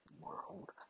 world